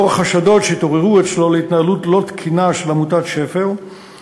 בעקבות חשדות שהתעוררו אצלו להתנהלות לא תקינה של עמותת ש.פ.ר